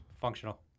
Functional